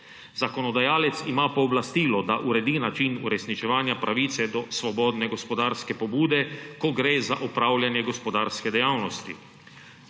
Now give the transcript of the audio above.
Zakonodajalec ima pooblastilo, da uredi način uresničevanja pravice do svobodne gospodarske pobude, ko gre za opravljanje gospodarske dejavnosti.